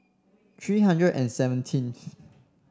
three hundred and seventeenth